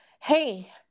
hey